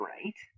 Right